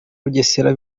bugesera